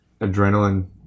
adrenaline